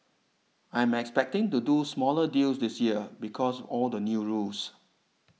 I'm expecting to do smaller deals this year because all the new rules